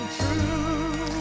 true